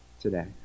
today